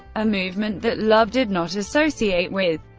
a movement that love did not associate with.